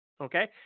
okay